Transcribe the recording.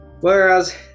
Whereas